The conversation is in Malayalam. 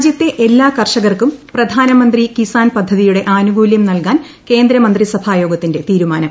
രാജ്യത്തെ എല്ലാ കർഷകർക്കും പ്രധാനമന്ത്രി കിസാൻ പദ്ധതിയുടെ ആനുകൂലൃം നൽകാൻ കേന്ദ്ര മന്ത്രിസഭായോഗത്തിന്റെ തീരുമാനം